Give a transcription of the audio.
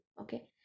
Okay